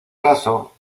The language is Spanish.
caso